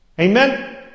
Amen